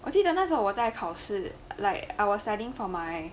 我记得那时候我再考试 like I was studying for my